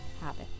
habit